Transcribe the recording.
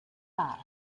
park